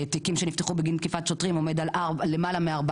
תיקים שנפתחו בגין תקיפת שוטרים עומד על למעלה מ-4%.